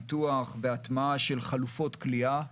פיתוח והטמעה של חלופות כליאה.